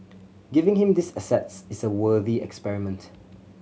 giving him these assets is a worthy experiment